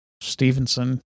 Stevenson